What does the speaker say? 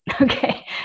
okay